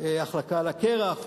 החלקה על הקרח,